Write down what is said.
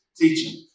Teaching